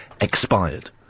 expired